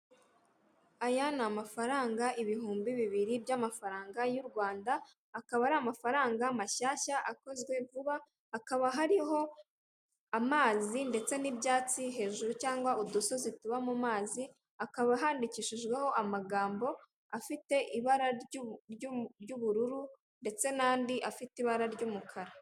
Aya ni amafaranga ibihumbi bibiri by'amafaranga y'u Rwanda, akaba ari amafaranga mashyashya akozwe vuba, hakaba hariho amazi ndetse n'ibyatsi hejuru cyangwa udusozi tuba mu mazi, akaba handikishijweho amagambo afite ibara ry'ubu ry'ubu ry'ubururu ndetse n'andi afite ibara ry'umukara.